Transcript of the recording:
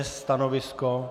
Stanovisko?